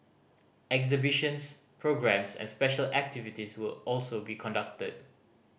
exhibitions programmes and special activities will also be conducted